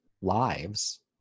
lives